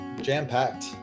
Jam-packed